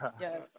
Yes